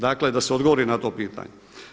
Dakle da se odgovori na to pitanje.